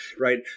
Right